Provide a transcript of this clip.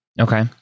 Okay